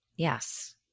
Yes